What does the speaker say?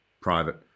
private